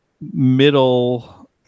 middle